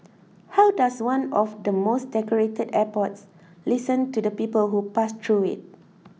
how does one of the most decorated airports listen to the people who pass through it